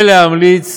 ולהמליץ